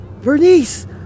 bernice